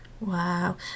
Wow